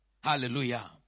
Hallelujah